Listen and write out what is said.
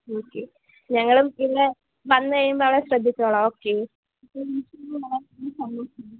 okay ഞങ്ങളും പിന്നെ വന്നു കഴിയുമ്പോൾ അവളെ ശ്രദ്ധിച്ചുകൊള്ളാം ഓക്കേ